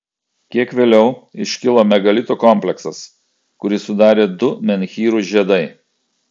kiek vėliau iškilo megalitų kompleksas kurį sudarė du menhyrų žiedai